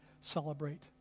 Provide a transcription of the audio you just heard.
celebrate